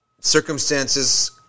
circumstances